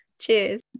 cheers